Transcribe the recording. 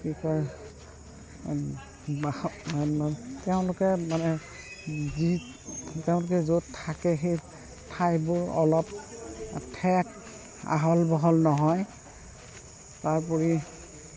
কি কয় তেওঁলোকে মানে যি তেওঁলোকে য'ত থাকে সেই ঠাইবোৰ অলপ ঠেক আহল বহল নহয় তাৰোপৰি